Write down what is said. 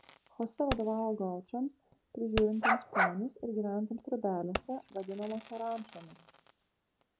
chosė vadovavo gaučams prižiūrintiems ponius ir gyvenantiems trobelėse vadinamose rančomis